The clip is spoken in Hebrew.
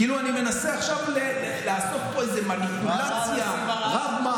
כאילו אני מנסה עכשיו לעשות פה איזו מניפולציה רב-מערכתית.